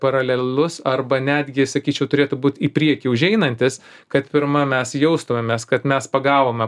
paralelus arba netgi sakyčiau turėtų būt į priekį užeinantis kad pirma mes jaustumėmės kad mes pagavome